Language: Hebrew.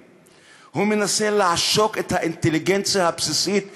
הוא מנסה לעשוק את האינטליגנציה הבסיסית שבקרבנו,